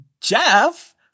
Jeff